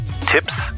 tips